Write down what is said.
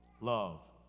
Love